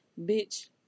Bitch